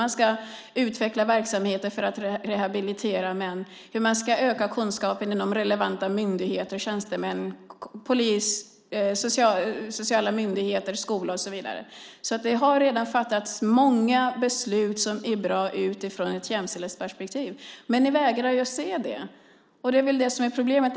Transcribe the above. Man ska utveckla verksamheter för att rehabilitera män och undersöka hur man ska öka kunskapen inom relevanta myndigheter, tjänstemän, polis, sociala myndigheter, skola och så vidare. Det har redan fattats många beslut som är bra utifrån ett jämställdhetsperspektiv. Men ni vägrar att se det. Det är väl det som är problemet.